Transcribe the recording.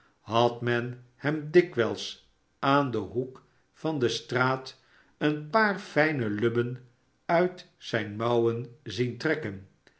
had men hem dikwijls aan den hoek van de straat een paar fijne lubben uit zijne mouwen zien trekken